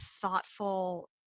thoughtful